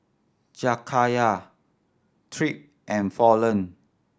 Jakayla Tripp and Fallon